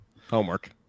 Homework